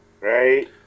right